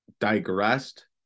digressed